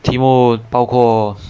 题目包括